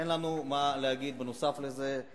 אין לנו מה להגיד נוסף על זה.